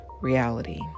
reality